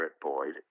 Boyd